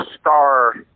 star